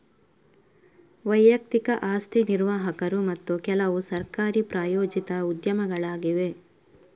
ವೈಯಕ್ತಿಕ ಆಸ್ತಿ ನಿರ್ವಾಹಕರು ಮತ್ತು ಕೆಲವುಸರ್ಕಾರಿ ಪ್ರಾಯೋಜಿತ ಉದ್ಯಮಗಳಾಗಿವೆ